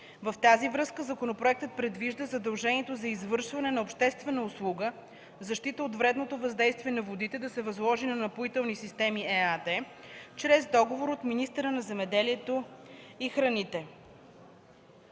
В тази връзка законопроектът предвижда задължението за извършване на обществената услуга – защита от вредното въздействие на водите, да се възложи на „Напоителни системи” ЕАД чрез договор от министъра на земеделието и храните.